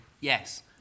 yes